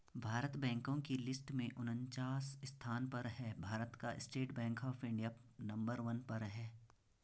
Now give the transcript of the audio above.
भारत बैंको की लिस्ट में उनन्चास स्थान पर है भारत का state bank of India number one पर है